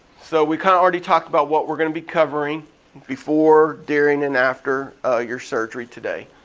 so we kind of already talked about what we're gonna be covering before, during and after your surgery today.